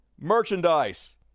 merchandise